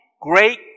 great